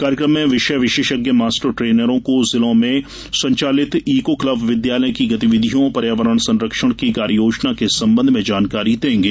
कार्यक्रम में विषय विशेषज्ञ मास्ट ट्रेनरों को जिलों में संचालित ईको क्लब विद्यालय की गतिविधियों पर्यावरण संरक्षण की कार्ययोजओं के संबंध में जानकारी देंगे